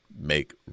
make